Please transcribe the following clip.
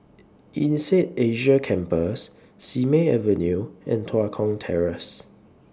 Insead Asia Campus Simei Avenue and Tua Kong Terrace